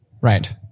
Right